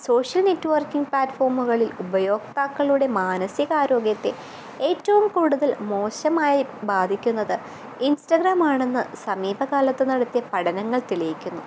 social networking പ്ലാറ്റ്ഫോമുകളിൽ ഉപയോക്താക്കളുടെ മാനസികാരോഗ്യത്തെ ഏറ്റവും കൂടുതൽ മോശമായി ബാധിക്കുന്നത് ഇൻസ്റ്റാഗ്രാമാണെന്ന് സമീപകാലത്തെ നടത്തിയ പഠനങ്ങൾ തെളിയിക്കുന്നു